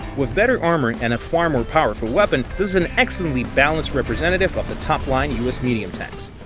with better armor and a far more powerful weapon, this is an excellently balanced representative of the top line us medium tanks.